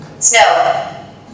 Snow